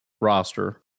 roster